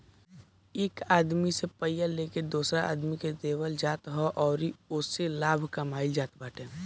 एक आदमी से पइया लेके दोसरा के देवल जात ह अउरी ओसे लाभ कमाइल जात बाटे